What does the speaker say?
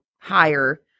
higher